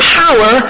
power